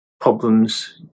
problems